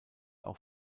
auch